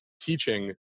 teaching